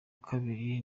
kabiri